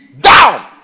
down